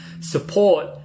support